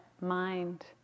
mind